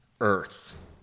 earth